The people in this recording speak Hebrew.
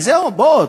וזהו: בואו,